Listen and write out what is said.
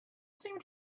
seemed